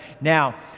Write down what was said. Now